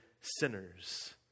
sinners